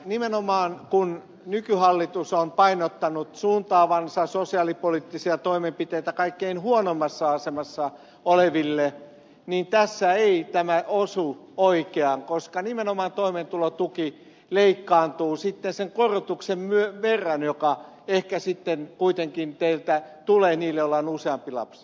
nimenomaan kun nykyhallitus on painottanut suuntaavansa sosiaalipoliittisia toimenpiteitä kaikkein huonoimmassa asemassa oleville niin tässä ei tämä osu oikeaan koska nimenomaan toimeentulotuki leikkaantuu sen korotuksen verran joka ehkä kuitenkin teiltä tulee niille joilla on useampi lapsi